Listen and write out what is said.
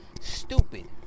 stupid